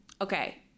okay